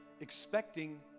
expecting